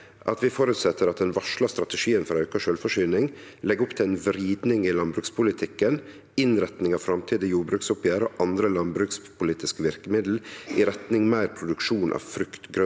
til føresetnad at den varsla strategien for auka sjølvforsyning legg opp til ei vriding i landbrukspolitikken og innretning av framtidige jordbruksoppgjer og andre landbrukspolitiske verkemiddel i retning meir produksjon av frukt, grønt